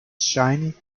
shiny